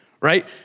right